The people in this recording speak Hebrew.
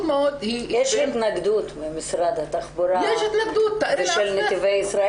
יש התנגדות במשרד התחבורה ובנתיבי ישראל